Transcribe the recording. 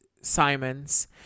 Simons